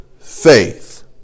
faith